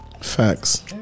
facts